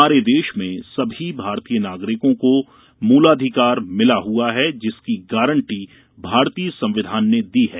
हमारे देश में सभी भारतीय नागरिकों को मूलाधिकार मिला हुआ है जिसकी गारंटी भारतीय संविधान ने दी है